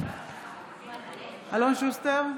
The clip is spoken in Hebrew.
אלון שוסטר,